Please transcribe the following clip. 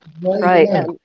Right